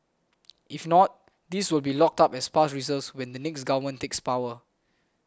if not these will be locked up as past reserves when the next government takes power